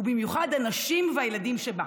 ובמיוחד הנשים והילדים שבה.